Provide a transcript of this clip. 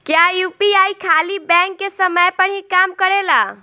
क्या यू.पी.आई खाली बैंक के समय पर ही काम करेला?